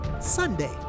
Sunday